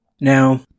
Now